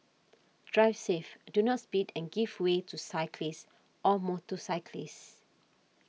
drive safe do not speed and give way to cyclists or motorcyclists